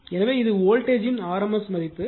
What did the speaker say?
எனவே இது வோல்டேஜ்த்தின் RMS மதிப்பு 4